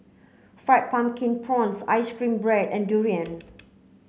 fried pumpkin prawns ice cream bread and durian